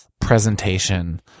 presentation